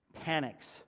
panics